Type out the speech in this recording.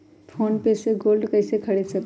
Phone पे से gold कईसे खरीद सकीले?